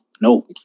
no